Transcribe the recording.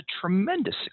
tremendous